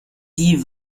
die